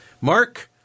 Mark